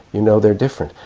you know they are different,